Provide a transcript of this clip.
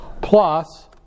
plus